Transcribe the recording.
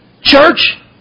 Church